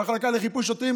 המחלקה לחיפוי שוטרים,